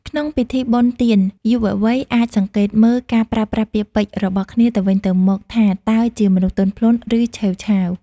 ក្នុងពិធីបុណ្យទាន យុវវ័យអាចសង្កេតមើល "ការប្រើប្រាស់ពាក្យពេចន៍" របស់គ្នាទៅវិញទៅមកថា តើជាមនុស្សទន់ភ្លន់ ឬឆេវឆាវ។